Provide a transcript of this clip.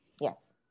Yes